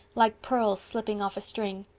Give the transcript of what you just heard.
like pearls slipping off a string.